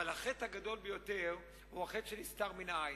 אבל החטא הגדול ביותר הוא החטא שנסתר מן העין,